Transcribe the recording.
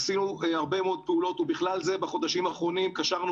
עשינו הרבה מאוד פעולות ובכלל זה בחודשים האחרונים קשרנו